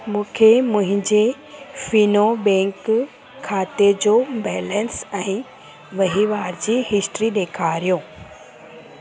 मूंखे मुंहिंजे फीनो बैंक खाते जो बैलेंस ऐं वहिंवार जी हिस्ट्री ॾेखारियो